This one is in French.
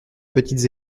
petites